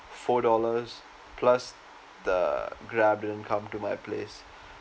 four dollars plus the grab didn't come to my place